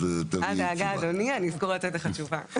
אל דאגה אדוני, אזכור לתת לך תשובה.